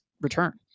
return